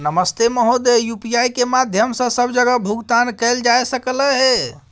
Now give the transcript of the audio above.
नमस्ते महोदय, यु.पी.आई के माध्यम सं सब जगह भुगतान कैल जाए सकल ये?